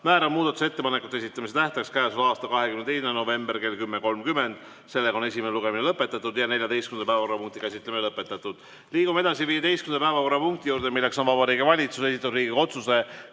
Määran muudatusettepanekute esitamise tähtajaks 22. novembri kell 10.30. Sellega on esimene lugemine lõpetatud ja 14. päevakorrapunkti käsitlemine lõpetatud. Liigume edasi 15. päevakorrapunkti juurde, milleks on Vabariigi Valitsuse esitatud Riigikogu